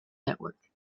network